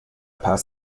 paz